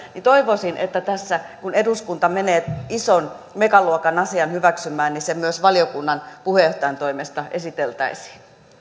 toivoisin että tässä kun eduskunta menee ison megaluokan asian hyväksymään niin se myös valiokunnan puheenjohtajan toimesta esiteltäisiin